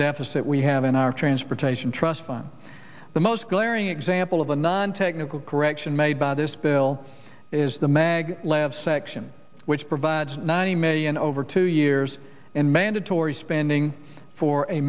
deficit we have in our transportation trust fund the most glaring example of a non technical correction made by this bill is the mag lev section which provides ninety million over two years in mandatory spending for a